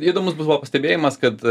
įdomus buvo pastebėjimas kad